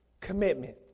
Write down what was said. commitment